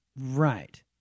Right